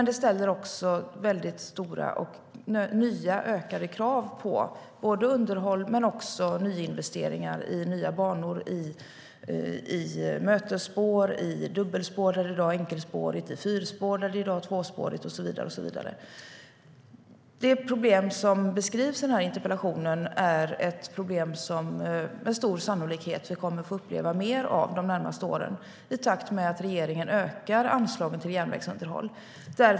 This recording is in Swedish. Det ställer också nya ökade krav på underhåll men också nyinvesteringar i nya banor, mötesspår, dubbelspår där det i dag är enkelspårigt, fyrspår där det i dag är dubbelspårigt, och så vidare. Det problem som beskrivs i interpellationen är ett problem som vi med stor sannolikhet kommer att få uppleva mer av de närmaste åren i takt med att regeringen ökar anslagen till järnvägsunderhåll.